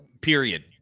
Period